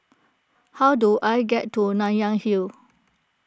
how do I get to Nanyang Hill